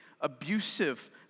abusive